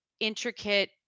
intricate